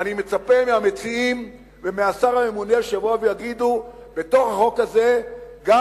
ואני מצפה מהמציעים ומהשר הממונה שיבואו ויגידו: בתוך החוק הזה גם